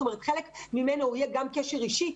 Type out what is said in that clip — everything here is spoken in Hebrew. חלק ממנו יהיה גם קשר אישי,